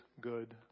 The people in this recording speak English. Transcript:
good